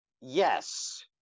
Yes